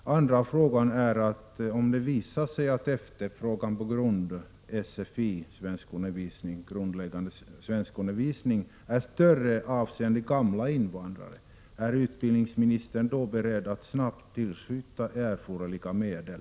Hur skall man kunna undvika detta? Om det visar sig att efterfrågan på grundläggande svenskundervisning avseende ”gamla” invandrare blir större än beräknat, är utbildningsministern då beredd att snabbt tillskjuta erforderliga medel?